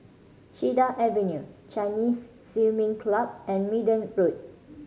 Cedar Avenue Chinese Swimming Club and Minden Road